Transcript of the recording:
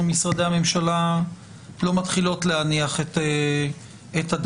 ממשרדי הממשלה לא מתחילות להניח את הדעת.